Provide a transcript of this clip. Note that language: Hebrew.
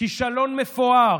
כישלון מפואר.